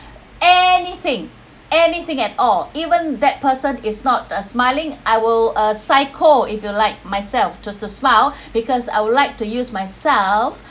anything anything at all even that person is not a smiling I will a psycho if you like myself to to smile because I would like to use myself